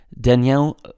Danielle